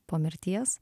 po mirties